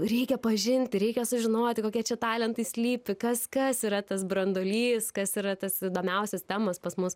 reikia pažinti reikia sužinoti kokie čia talentai slypi kas kas yra tas branduolys kas yra tas įdomiausios temos pas mus